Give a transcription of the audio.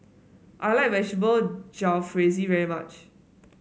I like Vegetable Jalfrezi very much